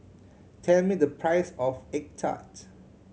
tell me the price of egg tart